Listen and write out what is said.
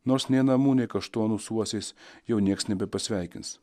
nors nei namų nei kaštonų su uosiais jau nieks nebepasveikins